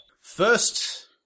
First